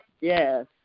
Yes